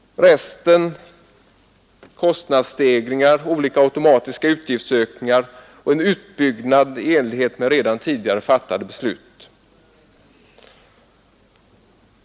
Resten går till kostnadsstegringar, olika automatiska utgiftsökningar och en utbyggnad i enlighet med redan tidigare fattade beslut.